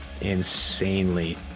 insanely